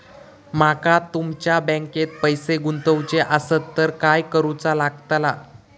माका तुमच्या बँकेत पैसे गुंतवूचे आसत तर काय कारुचा लगतला?